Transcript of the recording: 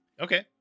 okay